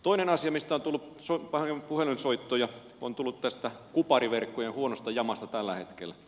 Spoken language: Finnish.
toinen asia mistä on tullut paljon puhelinsoittoja on kupariverkkojen huono jama tällä hetkellä